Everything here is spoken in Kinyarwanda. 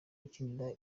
ukinira